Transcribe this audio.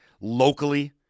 locally